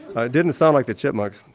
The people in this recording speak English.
it didn't sound like the chipmunks.